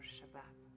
Shabbat